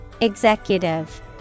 Executive